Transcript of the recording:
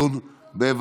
התשפ"ב 2022,